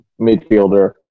midfielder